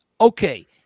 okay